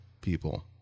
people